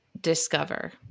discover